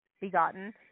begotten